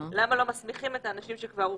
למה לא מסמיכים את האנשים שכבר הוכשרו.